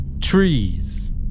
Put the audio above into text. Trees